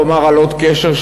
לדבר על עוד קשר,